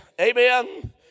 Amen